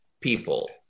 people